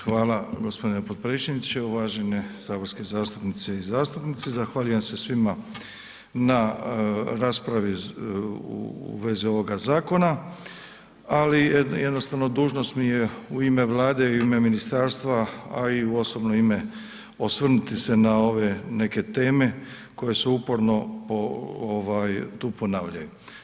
Hvala g. potpredsjedniče, uvažene saborske zastupnice i zastupnici, zahvaljujem se svima na raspravi u vezi ovoga zakona, ali jednostavno dužnost mi je u ime Vlade i u ime ministarstva, a i u osobno ime osvrnuti se na ove neke teme koje se uporno tu ponavljaju.